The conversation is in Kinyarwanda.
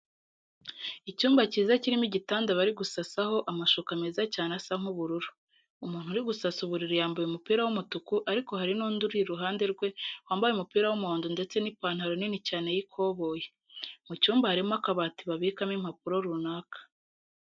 Icyumba cyiza kirimo igitanda bari gusasaho amshuka meza cyane asa nk'ubururu. Umuntu uri gusasa uburiri yambaye umupira w'umutuku ariko hari n'undi uri iruhande rwe wambaye umupira w'umuhondo ndetse n'ipantaro nini cyane y'ikoboyi. Mu cyumba harimo akabati babikamo impapuro runaka.